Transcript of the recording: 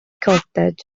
cottage